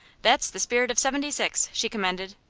that's the spirit of seventy six, she commended.